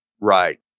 Right